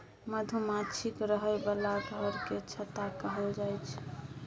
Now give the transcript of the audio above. मधुमाछीक रहय बला घर केँ छत्ता कहल जाई छै